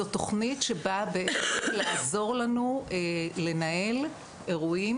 זו תכנית שבאה בהחלט לעזור לנו לנהל אירועים